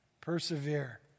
persevere